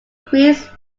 grease